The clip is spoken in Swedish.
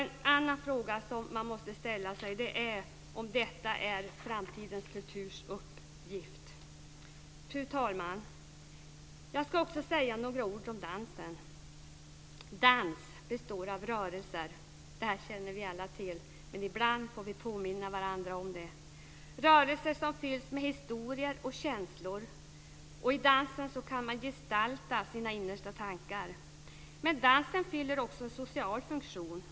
En annan fråga som man måste ställa sig är om detta är Framtidens kulturs uppgift. Fru talman! Jag ska också säga några ord om dansen. Dans består av rörelser. Det känner vi alla till, men ibland får vi påminna varandra om det. Dessa rörelser fylls med historier och känslor. I dansen kan man gestalta sina innersta tankar. Men dansen fyller också en social funktion.